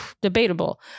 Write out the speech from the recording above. debatable